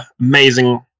amazing